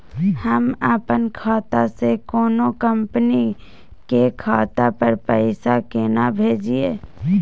हम अपन खाता से कोनो कंपनी के खाता पर पैसा केना भेजिए?